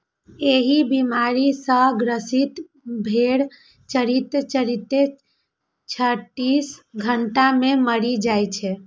एहि बीमारी सं ग्रसित भेड़ चरिते चरिते छत्तीस घंटा मे मरि जाइ छै